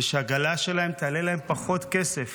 ושהעגלה שלהם תעלה להם פחות כסף